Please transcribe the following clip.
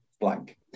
blank